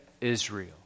Israel